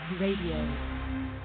Radio